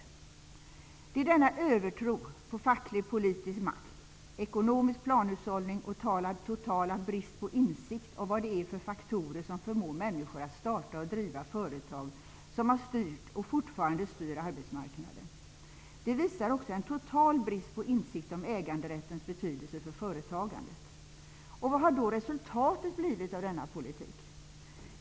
Det är denna övertro på politisk/facklig makt, ekonomisk planhushållning och total brist på insikt om vad det är för faktorer som förmår människor att starta och driva företag som har styrt och fortfarande styr arbetsmarknaden. Det visar också en total brist på insikt om äganderättens betydelse för företagandet. Vad har då resultatet blivit av denna politik?